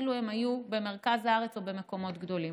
אילו הם היו במרכז הארץ או במקומות גדולים,